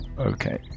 Okay